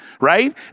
Right